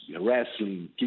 wrestling